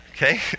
Okay